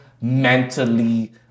mentally